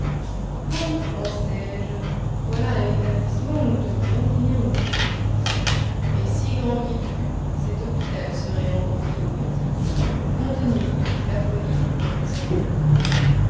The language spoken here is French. bon pensai-je voilà un établissement où nous devrions finir nos jours et si grand qu'il fût cet hôpital serait encore trop petit pour contenir toute la folie du professeur